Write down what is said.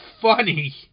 funny